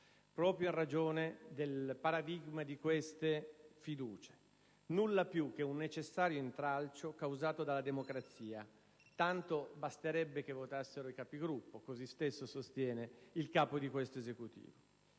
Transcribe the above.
proprio in ragione del paradigma di queste fiducie: nulla di più che un necessario intralcio causato dalla democrazia. Tanto basterebbe che votassero i Capigruppo, così come sostiene il Capo di questo Esecutivo.